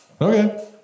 Okay